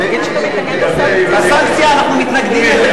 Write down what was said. לסנקציה אנחנו מתנגדים.